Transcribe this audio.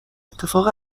اتفاق